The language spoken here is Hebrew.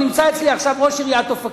נמצא אצלי עכשיו ראש עיריית אופקים,